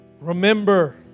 Remember